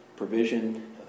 provision